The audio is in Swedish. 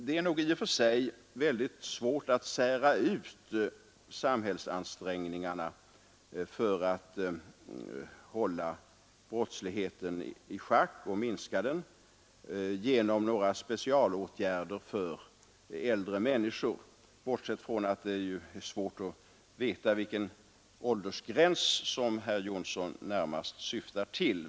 Det är nog i och för sig väldigt svårt att sära ut samhällsansträngningarna för att hålla brottsligheten i schack och minska den genom några speciella åtgärder för äldre människor, bortsett från att det ju är svårt att veta vilken åldersgräns som herr Jonsson i Mora närmast syftar på.